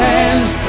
hands